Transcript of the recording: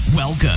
Welcome